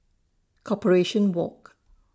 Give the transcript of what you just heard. Corporation Walk